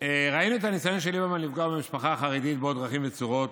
ראינו את הניסיון של ליברמן לפגוע במשפחה החרדית בעוד דרכים וצורות,